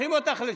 מושכים אותך לשם.